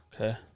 Okay